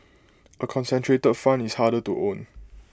A concentrated fund is harder to own